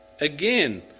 Again